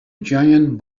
giant